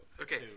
Okay